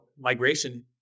migration